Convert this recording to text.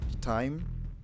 time